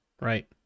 right